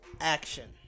action